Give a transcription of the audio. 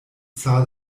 zahl